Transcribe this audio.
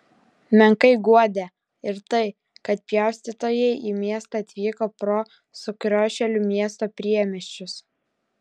menkai guodė ir tai kad pjaustytojai į miestą atvyko pro sukriošėlių miesto priemiesčius